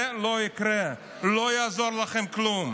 זה לא יקרה, לא יעזור לכם כלום.